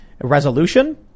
resolution